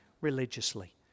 religiously